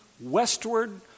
westward